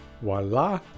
voila